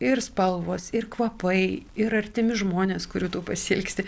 ir spalvos ir kvapai ir artimi žmonės kurių tu pasiilgsti